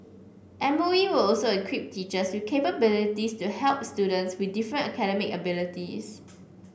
M O E will also equip teachers with capabilities to help students with different academic abilities